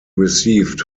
received